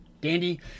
Dandy